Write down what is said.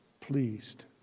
pleased